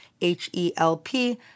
H-E-L-P